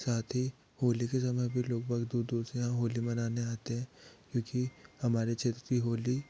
साथ ही होली के समय भी लोग बहुत दूर दूर से होली मनाने आते हैं क्योंकि हमारे क्षेत्र की होली